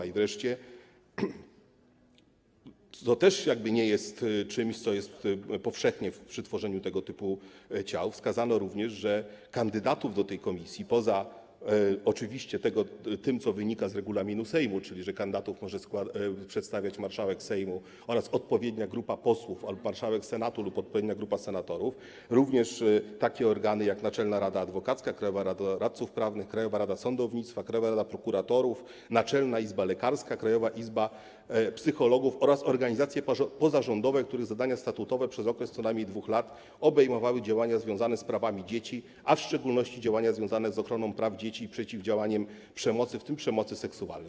I wreszcie, co też nie jest czymś, co jest powszechne przy tworzeniu tego typu ciał, wskazano również, że kandydatów do tej komisji mogą przedstawiać - poza oczywiście tym, co wynika z regulaminu Sejmu albo Senatu, czyli że kandydatów może przedstawiać marszałek Sejmu oraz odpowiednia grupa posłów albo marszałek Senatu lub odpowiednia grupa senatorów - również takie organy jak Naczelna Rada Adwokacka, Krajowa Rada Radców Prawnych, Krajowa Rada Sądownictwa, Krajowa Rada Prokuratorów, Naczelna Izba Lekarska, Krajowa Izba Psychologów oraz organizacje pozarządowe, których zadania statutowe przez okres co najmniej 2 lat obejmowały działania związane z prawami dzieci, a w szczególności działania związane z ochroną praw dzieci i przeciwdziałaniem przemocy, w tym przemocy seksualnej.